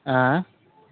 आँइ